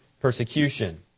persecution